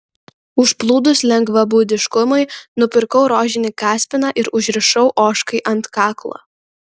užplūdus lengvabūdiškumui nupirkau rožinį kaspiną ir užrišau ožkai ant kaklo